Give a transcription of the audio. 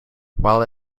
while